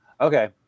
Okay